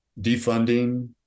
defunding